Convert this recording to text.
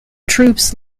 troops